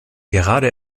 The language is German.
gerade